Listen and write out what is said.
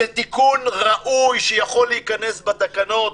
זה תיקון ראוי שיכול להיכנס בתקנות